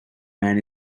man